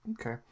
Okay